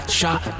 shot